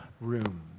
room